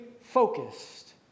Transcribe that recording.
focused